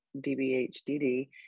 DBHDD